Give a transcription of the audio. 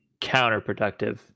counterproductive